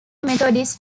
methodist